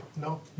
No